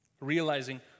realizing